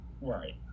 Right